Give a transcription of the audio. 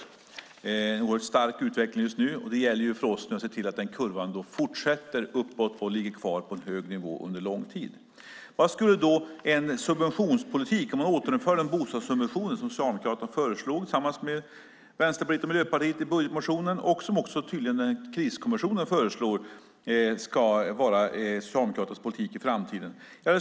Det är en oerhört stark utveckling just nu, och det gäller för oss att se till att den kurvan fortsätter uppåt och ligger kvar på en hög nivå under lång tid. Vad skulle då en subventionspolitik innebära där man återinför de bostadssubventioner som Socialdemokraterna föreslog tillsammans med Vänsterpartiet och Miljöpartiet i budgetmotionen och som tydligen också kriskommissionen föreslår ska vara Socialdemokraternas politik i framtiden?